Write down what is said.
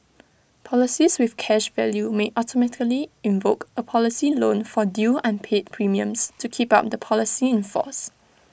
policies with cash value may automatically invoke A policy loan for due unpaid premiums to keep on the policy in force